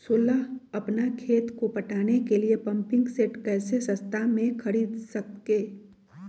सोलह अपना खेत को पटाने के लिए पम्पिंग सेट कैसे सस्ता मे खरीद सके?